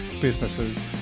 businesses